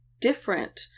different